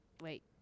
Wait